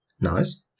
Nice